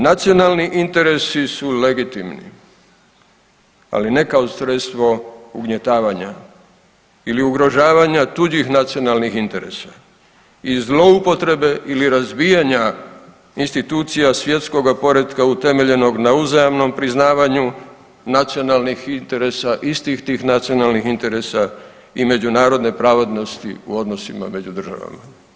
Nacionalni interesi su legitimni, ali ne kao sredstvo ugnjetavanja ili ugrožavanja tuđih nacionalnih interesa i zloupotrebe ili razbijanja institucija svjetskog poretka utemeljenog na uzajamnom priznavanju nacionalnih interesa istih tih nacionalnih interesa i međunarodne pravednosti u odnosima među državama.